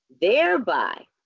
thereby